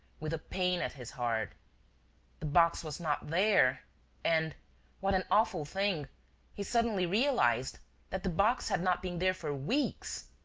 with a pain at his heart the box was not there and what an awful thing he suddenly realized that the box had not been there for weeks.